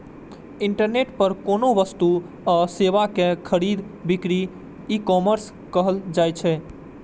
internet पर कोनो वस्तु आ सेवा के खरीद बिक्री ईकॉमर्स कहल जाइ छै